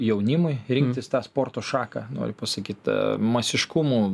jaunimui rinktis tą sporto šaką noriu pasakyt masiškumu